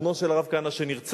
בנו של הרב כהנא שנרצח,